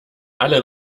alle